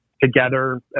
together